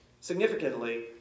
significantly